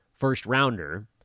first-rounder